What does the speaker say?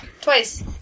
Twice